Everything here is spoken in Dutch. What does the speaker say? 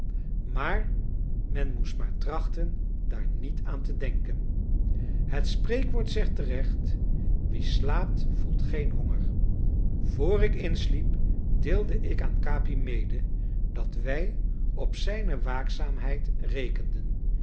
maar men moest maar trachten daar niet aan te denken het spreekwoord zegt terecht wie slaapt voelt geen honger vr ik insliep deelde ik aan capi mede dat wij op zijne waakzaamheid rekenden